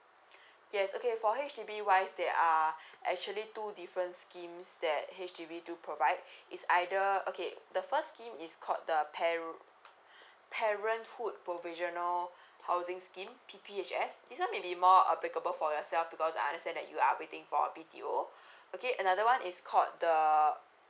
yes okay for H_D_B wise there are actually two different schemes that H_D_B do provide it's either okay the first scheme is called the parenthood provisional housing scheme P_P_H_S this one may be more applicable for yourself because I understand that you are waiting for a B_T_O okay another one is called the